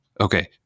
okay